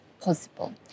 possible